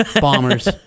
Bombers